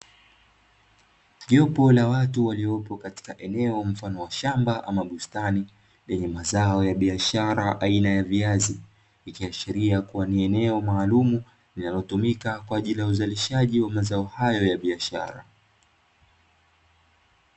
Jopo la watu waliopo katika eneo mfano wa shamba ama bustani, lenye mazao ya biashara aina ya viazi. Ikiashiria kuwa ni eneo maalumu linalotumika kwa ajili ya uzalishaji, wa mazao hayo ya biashara.